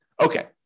Okay